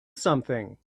something